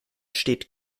steht